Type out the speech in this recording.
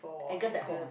Angus at home ah